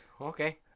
Okay